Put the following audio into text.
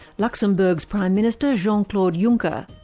luxembourg's prime minister, jean-claude juncker.